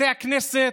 בתי הכנסת,